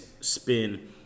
spin